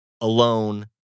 alone